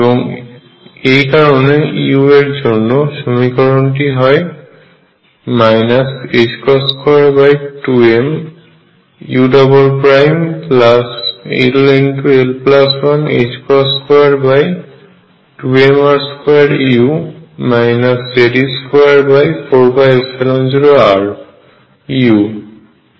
এবং এই কারণে u এর জন্য সমীকরণটি হয় 22mull122mr2u Ze24π0ruEu